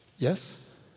Yes